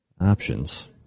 Options